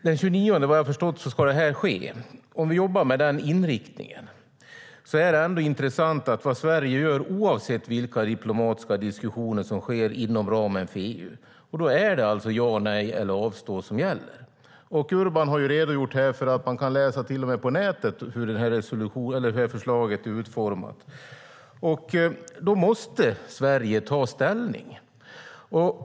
Vad jag har förstått ska detta ske den 29. Om vi jobbar med den inriktningen är det ändå intressant vad Sverige gör, oavsett vilka diplomatiska diskussioner som sker inom ramen för EU. Då är det alltså ja, nej eller avstår som gäller. Urban har redogjort för att man till och med kan läsa på nätet hur förslaget är utformat. Då måste Sverige ta ställning.